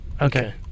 Okay